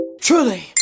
Truly